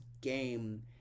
game